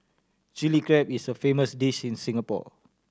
Chilli Crab is a famous dish in Singapore